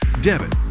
debit